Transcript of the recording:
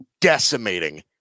decimating